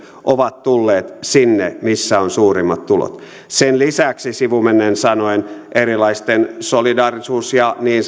ovat tulleet sinne missä on suurimmat tulot sen lisäksi sivumennen sanoen erilaisten solidaarisuus ja niin